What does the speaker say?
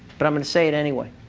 but i'm going to say it anyway.